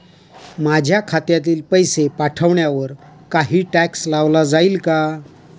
माझ्या खात्यातील पैसे पाठवण्यावर काही टॅक्स लावला जाईल का?